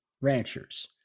ranchers